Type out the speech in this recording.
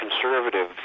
conservative